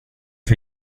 för